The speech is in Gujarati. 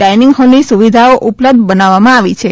ડાઇનીંગ હૉલની સુવિધાઓ ઉપલબ્ધ બનાવવામાં આવી છે